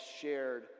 shared